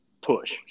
push